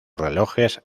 relojes